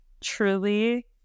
truly